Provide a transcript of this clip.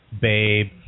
babe